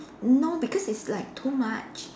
no because it's like too much